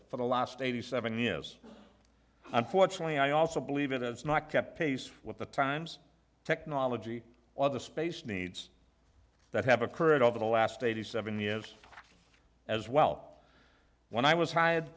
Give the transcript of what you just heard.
for the last eighty seven is unfortunately i also believe it has not kept pace with the times technology or the space needs that have occurred over the last eighty seven years as well when i was hired